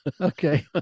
okay